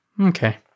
Okay